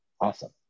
Awesome